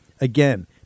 Again